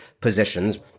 positions